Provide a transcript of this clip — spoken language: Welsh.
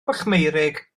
pwllmeurig